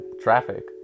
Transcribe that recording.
traffic